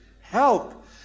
Help